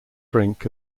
drink